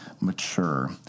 mature